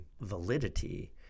validity